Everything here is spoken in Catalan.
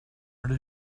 era